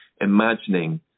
imagining